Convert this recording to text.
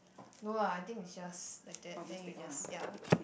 no lah I think it's just like that then you just ya